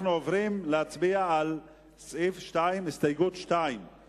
אנחנו עוברים להצביע על סעיף 2, הסתייגות 2 של